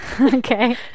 Okay